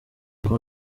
kuwa